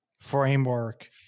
framework